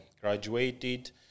graduated